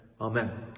Amen